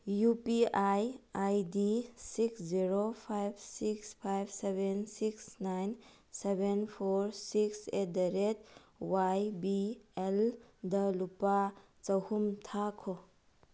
U P I I D six zero five six five seven six nine seven four six eight the rate Y B ꯑꯦꯜꯗ ꯂꯨꯄꯥ ꯆꯍꯨꯝ ꯊꯥꯈꯣ